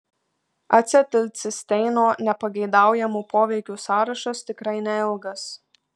acetilcisteino nepageidaujamų poveikių sąrašas tikrai neilgas